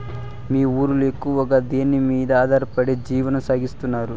మీ ఊరిలో ఎక్కువగా దేనిమీద ఆధారపడి జీవనం సాగిస్తున్నారు?